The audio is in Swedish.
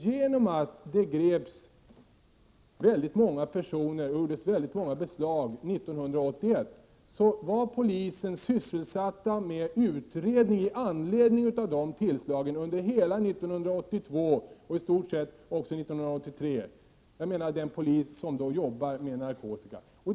Genom att det greps väldigt många personer och gjordes väldigt många beslag 1981 var den polis som jobbar med narkotika sysselsatt med utredning i anledning av de tillslagen under hela 1982 och i stort sett också 1983.